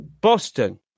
Boston